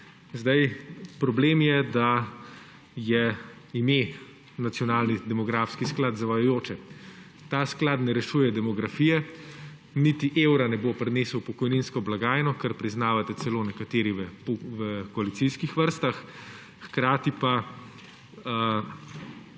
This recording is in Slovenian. tam. Problem je, da je ime nacionalni demografski nacionalni sklad zavajajoče. Ta sklad ne rešuje demografije, niti evra ne bo prinesel v pokojninsko blagajno, kar priznavate celo nekateri v koalicijskih vrstah, hkrati pa ne